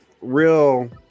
real